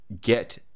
get